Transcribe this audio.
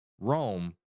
Rome